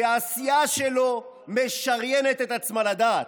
שהסיעה שלו משריינת את עצמה לדעת?